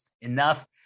enough